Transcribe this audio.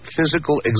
physical